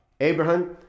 Abraham